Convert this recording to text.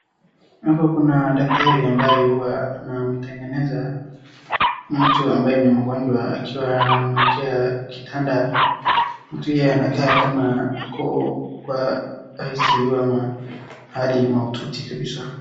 Hapa kuna daktari ambaye huwa anamtengeneza mtu ambaye ni mgonjwa akiwa anamwekea kitanda, mtu hio inakaa ni kama ako kwa ICU ama hali maututi kabisaa .